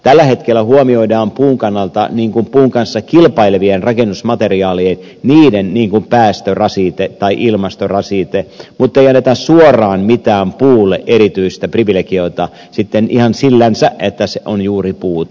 tällä hetkellä huomioidaan puun kannalta puun kanssa kilpailevien rakennusmateriaalien päästörasite tai ilmastorasite mutta ei anneta puulle suoraan mitään erityistä privilegiota ihan sillänsä että se on juuri puuta